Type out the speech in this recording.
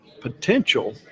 potential